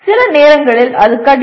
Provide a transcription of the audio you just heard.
சில நேரங்களில் அது கடினம்